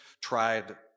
tried